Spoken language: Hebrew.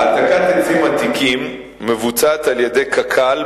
העתקת עצים עתיקים מבוצעת על-ידי קק"ל,